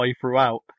throughout